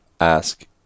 ask